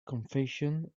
confession